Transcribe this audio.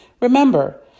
Remember